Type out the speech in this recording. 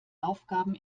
aufgaben